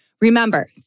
Remember